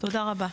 תודה רבה.